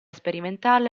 sperimentale